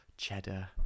Cheddar